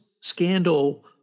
scandal